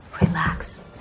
Relax